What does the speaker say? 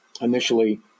initially